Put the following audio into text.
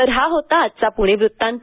तर हा होता आजचा पुणे वृत्तांत